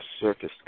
circus